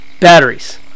batteries